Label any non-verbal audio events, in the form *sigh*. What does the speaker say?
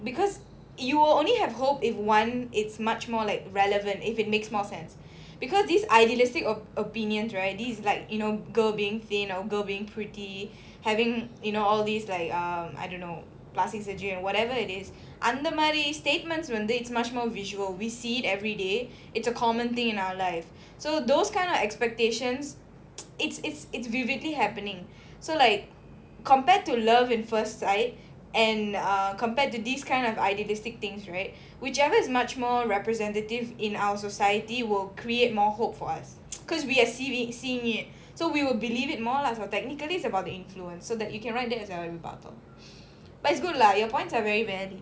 because you will only have hope if one it's much more like relevant if it makes more sense because these idealistic op~ opinions right these like you know girl being thin or girl being pretty having you know all these like um I don't know plastic surgery and whatever it is அந்த மாதிரி:antha maathiri statements வந்து:vanthu it's much more visual we see it everyday it's a common thing in our life so those kind of expectations it's it's it's vividly happening so like compared to love at first sight and err compared to these kind of idealistic things right whichever is much more representative in our society will create more hope for us *noise* because we are seeing seeing it so we will believe it more lah so technically it's about the influence so that you can write that as a rebuttal but it's good lah your points are very valid